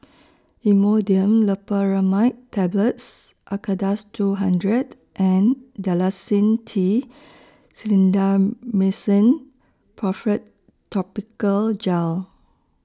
Imodium Loperamide Tablets Acardust two hundred and Dalacin T Clindamycin Phosphate Topical Gel